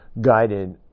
guided